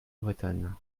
bretonne